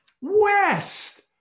West